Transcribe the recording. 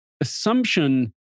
assumption